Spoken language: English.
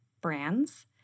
brands